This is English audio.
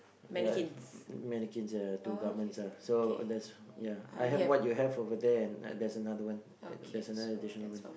ya mannequins ya two garments ah so there's ya I have what you have over there and there's another one at there's another additional one